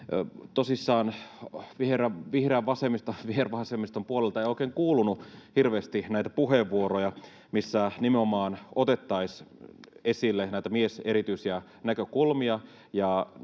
tosissaan vihervasemmiston puolelta ei oikein kuulunut hirveästi näitä puheenvuoroja, missä nimenomaan otettaisiin esille näitä mieserityisiä näkökulmia.